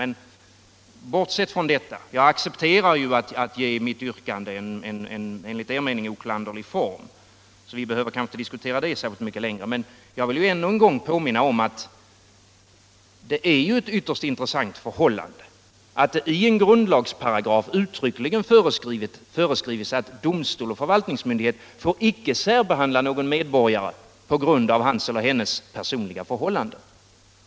Men bortsett från detta: Jag accepterar att ge mitt yrkande en enligt er mening oklanderlig form, så vi behöver kanske inte diskutera den frågan särskilt mycket längre. Men jag vill ännu en gång påminna om att det är ytterst intressant att i en grundlagsparagraf uttryckligen föreskrivs att domstol och förvaltningsmyndighet inte får särbehandla någon medborgare på grund av häns eller hennes personliga förhållanden.